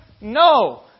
No